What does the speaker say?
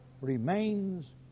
remains